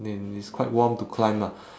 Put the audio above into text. then it's quite warm to climb ah